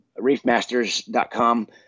Reefmasters.com